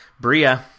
Bria